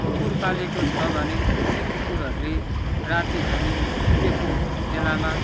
कुकुर पालेको छ भने ती कुकुरहरूले राति हामी सुतेको बेलामा